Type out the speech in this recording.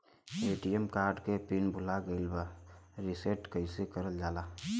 ATM card के pin भूला गइल बा रीसेट कईसे करल जाला?